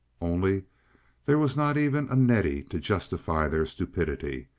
only there was not even a nettie to justify their stupidity.